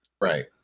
Right